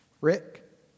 Rick